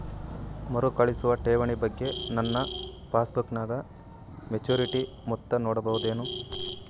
ಮರುಕಳಿಸುವ ಠೇವಣಿ ಬಗ್ಗೆ ನನ್ನ ಪಾಸ್ಬುಕ್ ನಾಗ ಮೆಚ್ಯೂರಿಟಿ ಮೊತ್ತ ನೋಡಬಹುದೆನು?